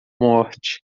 morte